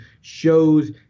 shows